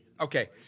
Okay